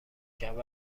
کرد